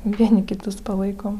vieni kitus palaikom